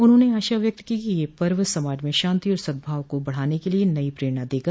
उन्होंने आशा व्यक्त कि यह पर्व समाज में शांति और सद्भाव को बढ़ाने के लिए नई प्रेरणा देगा